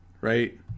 right